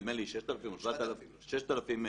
נדמה לי 6,000 או 7,000 מטרים.